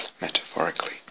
metaphorically